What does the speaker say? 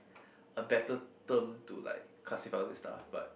a better term to like classify all these stuff but